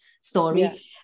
story